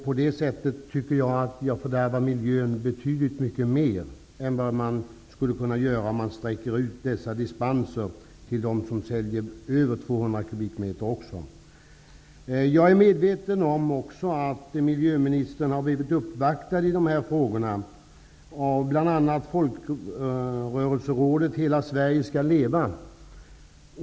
På det sättet tycker jag att jag fördärvar miljön mycket mer än om man utsträcker dispenserna till dem som säljer över 200 Jag är också medveten om att miljöministern har blivit uppvaktad i dessa frågor av bl.a. folkrörelserådet Hela Sverige skall leva.